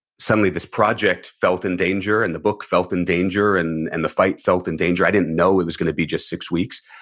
suddenly this project felt in danger, and the book felt in danger, and and the fight felt in danger. i didn't know it was gonna be just six weeks,